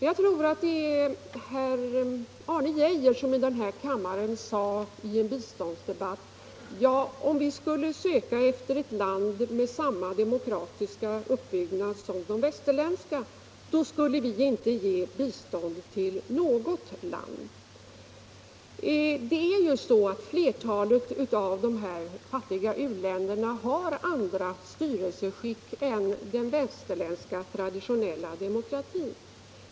Jag tror att det var herr Arne Geijer som här i kammaren sade i en biståndsdebatt att om vi skulle söka efter ett land med samma demokratiska uppbyggnad som de västerländska staternas, då skulle vi inte ge bistånd till något land. Det är just så att flertalet av dessa fattiga u-länder har andra styrelseskick än den västerländska traditionella demokratin.